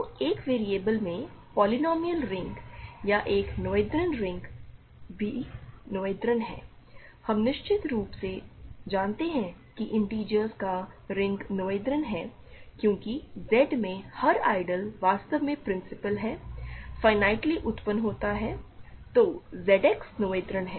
तो एक वेरिएबल में पोलिनोमिअल रिंग या एक नोएथेरियन रिंग भी नोएथेरियन है हम निश्चित रूप से जानते हैं कि इंटिजर्स का रिंग नोथेरियन है क्योंकि Z में हर आइडियल वास्तव में प्रिंसिपल है फाइनाइटली उत्पन्न होता है तो Z X नोएथेरियन है